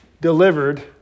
delivered